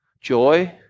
joy